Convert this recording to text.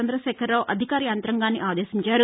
చంద్రశేఖర్రావు అధికార యంత్రాంగాన్ని ఆదేశించారు